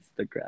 Instagram